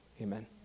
Amen